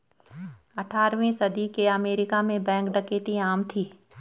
अठारहवीं सदी के अमेरिका में बैंक डकैती आम थी